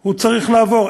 הוא צריך לעבור.